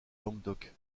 languedoc